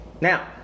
Now